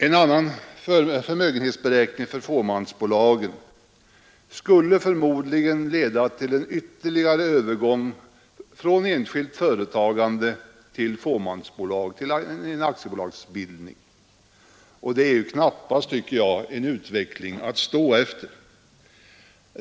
En annan förmögenhetsberäkning för fåmansbolagen skulle förmodligen leda till en ytterligare övergång från enskilt företagande till aktiebolagsbildning, och det tycker jag knappast är en utveckling att stå efter.